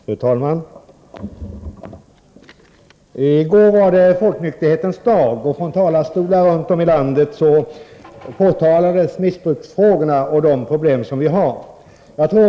Fru talman! I går var det folknykterhetens dag. Från talarstolar runt om i landet berördes missbruksfrågorna, och de problem vi har påtalades.